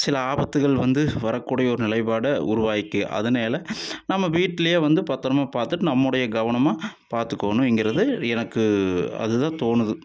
சில ஆபத்துகள் வந்து வரக்கூடிய ஒரு நிலைப்பாடை உருவாயிருக்கு அதனால நம்ம வீட்லேயே வந்து பத்திரமா பார்த்துட்டு நம்முடைய கவனமாக பாத்துக்கணும்ங்குறது எனக்கு அதுதான் தோணுது